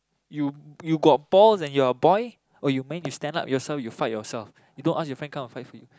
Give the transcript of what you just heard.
you you got balls and you're a boy or you manage to stand up yourself you fight yourself you don't ask your friend come and fight for you